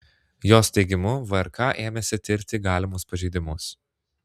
jos teigimu vrk ėmėsi tirti galimus pažeidimus